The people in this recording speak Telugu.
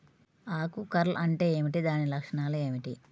ఆకు కర్ల్ అంటే ఏమిటి? దాని లక్షణాలు ఏమిటి?